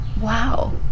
wow